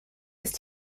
ist